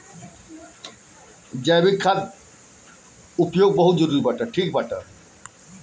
जैविक बागवानी में जैविक खाद कअ उपयोग कइल जाला